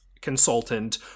consultant